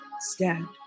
stand